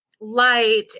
light